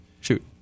Shoot